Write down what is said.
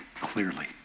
clearly